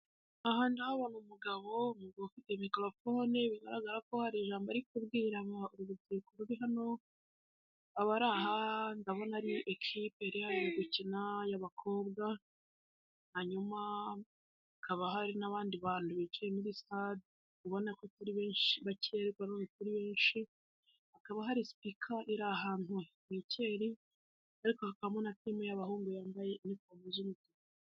Aha ndahabona umugabo, umugabo ufite mikorofone( microphone), bigaragarako hari ijambo arikubwira urubyiruko ruri hano, abari aha ndabona ari ikipe iri yaje gukina y'abakobwa, hanyuma hakaba hari n'abandi bantu bicaye muri sitade ubonako atari benshi bakeya nanone bakiri benshi hakaba hari sipika( speaker) iri ahantu hekeri ariko hakabamo na timu( team) y'abahungu yambaye inifomo( uniform) z' umutuku.